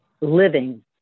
living